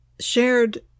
shared